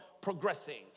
progressing